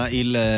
il